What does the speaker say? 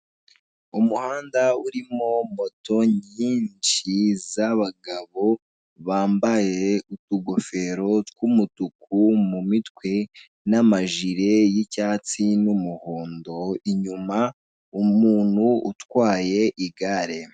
Umuhanda urimo moto nyinshi z'abagabo bambaye utugofero tw'umutuku mu mitwe, namajire yicyatsi n'umuhondo inyuma umuntu utwaye igare.